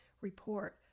report